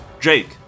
Jake